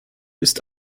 ist